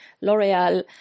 L'Oreal